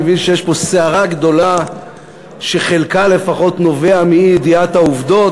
אני מבין שיש פה סערה גדולה שחלקה לפחות נובע מאי-ידיעת העובדות,